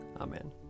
Amen